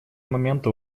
момента